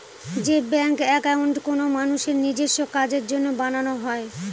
যে bank account কোনো মানুষের নিজেস্ব কাজের জন্য বানানো হয়